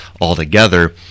altogether